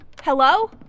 Hello